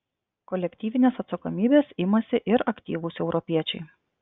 kolektyvinės atsakomybės imasi ir aktyvūs europiečiai